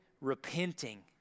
repenting